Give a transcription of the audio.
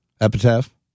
Epitaph